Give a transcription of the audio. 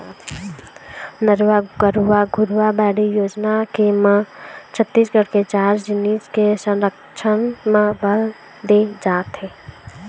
नरूवा, गरूवा, घुरूवा, बाड़ी योजना के म छत्तीसगढ़ के चार जिनिस के संरक्छन म बल दे जात हे